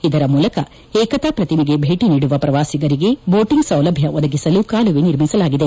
ಇದರ ಮೂಲಕ ಏಕತಾ ಪ್ರತಿಮೆಗೆ ಭೇಟಿ ನೀಡುವ ಪ್ರವಾಸಿಗರಿಗೆ ಬೋಟಿಂಗ್ ಸೌಲಭ್ಯ ಒದಗಿಸಲು ಕಾಲುವೆ ನಿರ್ಮಿಸಲಾಗಿದೆ